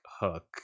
Hook